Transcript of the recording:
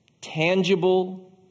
Tangible